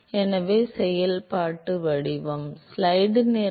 எனவே செயல்பாட்டு வடிவம்